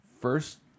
first